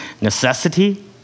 necessity